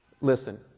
Listen